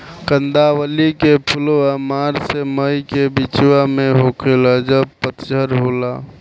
कंदावली के फुलवा मार्च से मई के बिचवा में होखेला जब पतझर होला